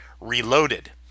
reloaded